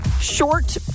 short